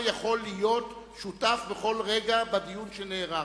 יכול להיות שותף בכל רגע בדיון שנערך,